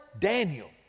daniel